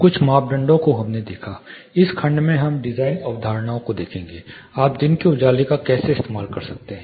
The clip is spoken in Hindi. कुछ मापदंडों को हमने देखा इस खंड में हम डिजाइन अवधारणाओं को देखेंगे आप दिन के उजाले को कैसे इस्तेमाल कर सकते हैं